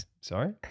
Sorry